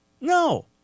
No